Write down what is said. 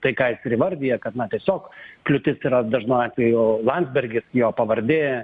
tai ką jis ir įvardija kad na tiesiog kliūtis yra dažnu atveju landsbergis jo pavardė